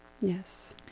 Yes